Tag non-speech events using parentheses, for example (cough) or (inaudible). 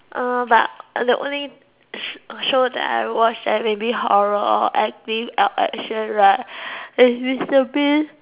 uh but the only sh~ show that I watch like maybe horror or acting ac~action right (noise) is Mister Bean